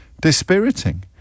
dispiriting